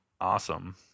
awesome